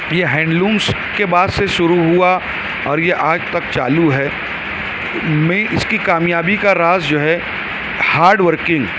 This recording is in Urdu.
یہ ہینڈ لومس کے بعد سے شروع ہوا اور یہ آج تک چالو ہے میں اس کی کامیابی کا راز جو ہے ہارڈ ورکنگ